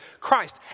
Christ